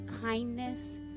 kindness